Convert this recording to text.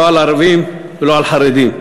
לא על ערבים ולא על חרדים.